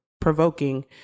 provoking